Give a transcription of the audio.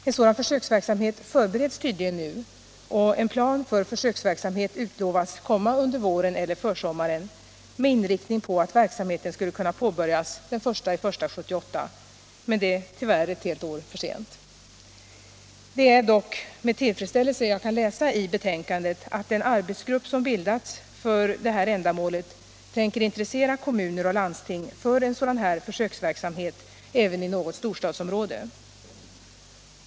En sådan försöksverksamhet förbereds tydligen nu, och en plan för försöksverksamhet utlovas komma under våren eller försommaren med inriktning på att verksamheten skall kunna påbörjas den 1 januari 1978. Men det är tyvärr ett helt år för sent. Det är dock med tillfredsställelse jag kan läsa i betänkandet att den arbetsgrupp som bildats för detta ändamål tänker intressera kommuner och landsting för en sådan här försöksverksamhet även i något storstadsområde.